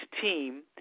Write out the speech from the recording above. team